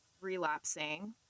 relapsing